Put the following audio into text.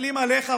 מסתכלים עליך,